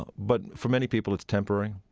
ah but for many people it's temporary.